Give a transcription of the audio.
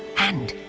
and,